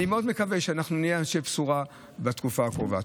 אני מאוד מקווה שנהיה אנשי בשורה בתקופה הקרובה.